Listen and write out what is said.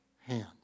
hand